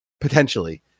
potentially